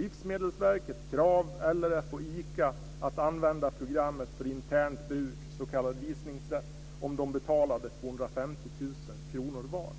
Livsmedelsverket, Krav eller ICA att få använda programmet för internt bruk, s.k. visningsrätt, om de betalade 250 000 kr vardera.